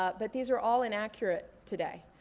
ah but these are all inaccurate today.